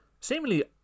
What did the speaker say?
seemingly